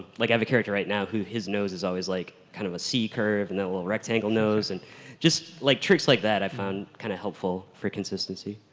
like i have a character right now who his nose is always like kind of a c curve and then a little rectangle nose and just like tricks like that i found kind of helpful for consistency.